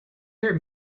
hear